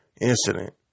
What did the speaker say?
incident